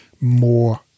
more